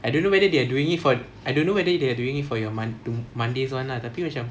I don't know whether they're doing it for I don't know whether they are doing it for your mon~ for your monday's one lah tapi macam